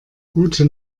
gute